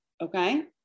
Okay